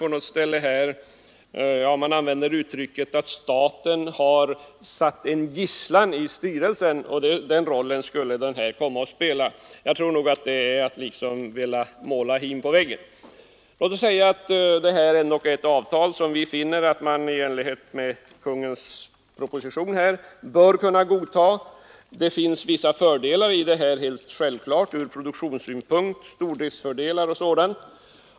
Att påstå att det är den rollen som statens representanter skulle komma att spela tror jag är att måla hin på väggen. Vi finner ändock att det avtal som redovisas i Kungl. Maj:ts proposition bör kunna godtas. Helt klart är att det har vissa fördelar ur produktionssynpunkt — stordrift osv.